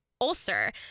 ulcer